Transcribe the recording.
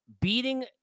beating